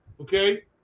okay